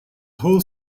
whole